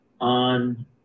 on